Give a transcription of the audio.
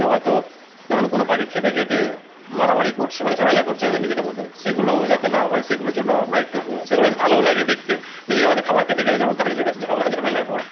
কেউ হয়তো ধরুন কোনো পাখি খেতে খেতে মারামারি করছে মানে ঝামেলা করছে তাদের নিজেদের মধ্যে সেগুলো যাতে না হয় সেইগুলোর জন্যও আমরা একটু সেগুলো বেশ ভালোও লাগে দেখতে নিজেদের মধ্যে খাবার খেতে খেতে যেমন তারা নিজেদের ঝগড়া ঝামেলা করে